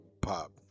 pop